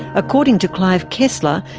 according to clive kessler,